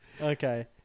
Okay